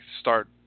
start